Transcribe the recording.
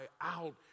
out